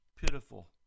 pitiful